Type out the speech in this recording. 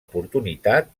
oportunitat